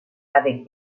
avec